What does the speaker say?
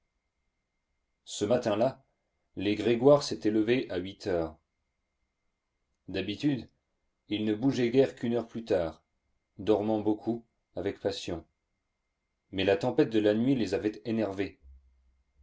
ce matin-là les grégoire s'étaient levés à huit heures d'habitude ils ne bougeaient guère qu'une heure plus tard dormant beaucoup avec passion mais la tempête de la nuit les avait énervés